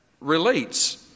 relates